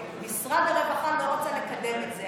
ומשרד הרווחה לא רצה לקדם את זה.